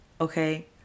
okay